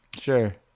Sure